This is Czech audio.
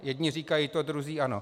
Jedni říkají to, druzí ono.